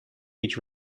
each